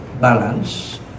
balance